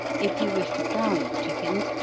if you wish to brown the chickens,